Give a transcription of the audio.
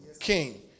king